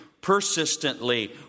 persistently